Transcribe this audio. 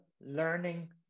learning